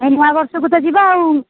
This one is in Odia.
ହଁ ନୂଆ ବର୍ଷକୁ ତ ଯିବା ଆଉ